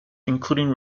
including